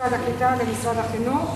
הקליטה והחינוך.